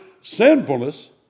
sinfulness